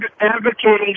advocating